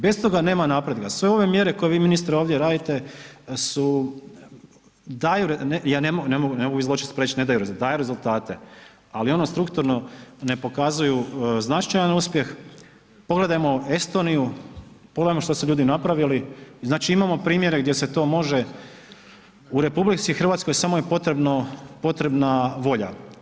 Bez toga nema napretka, sve ove mjere koje vi ministre ovdje radite su, daju, ne mogu biti zločest pa reći ne daju rezultate, daju rezultate ali ono strukturno, ne pokazuju značajan uspjeh, pogledajmo Estoniju, pogledajmo što su ljudi napravili, znači imamo primjere gdje se to može, u RH samo je potrebna volja.